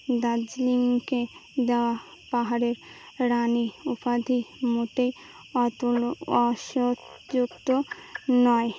দার্জিলিংকে দেওয়া পাহাড়ের রানী উপাধি মোটেই অতোর অসযুক্ত নয়